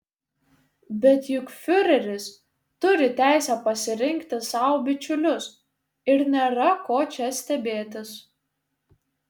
bet juk fiureris turi teisę pasirinkti sau bičiulius ir nėra ko čia stebėtis